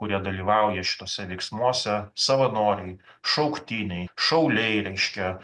kurie dalyvauja šituose veiksmuose savanoriai šauktiniai šauliai reiškia